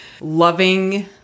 loving